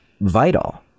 vital